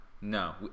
No